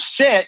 sit